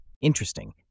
Interesting